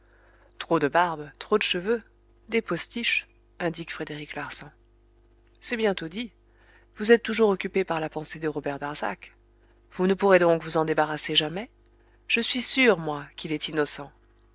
trop de barbe trop de cheveux des postiches indique frédéric larsan c'est bientôt dit vous êtes toujours occupé par la pensée de robert darzac vous ne pourrez donc vous en débarrasser jamais je suis sûr moi qu'il est innocent